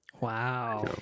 Wow